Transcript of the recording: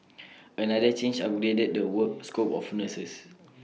another change upgraded the work scope of nurses